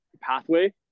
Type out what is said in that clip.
pathway